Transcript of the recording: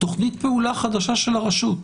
תוכנית פעולה חדשה של הרשות,